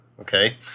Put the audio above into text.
okay